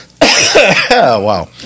Wow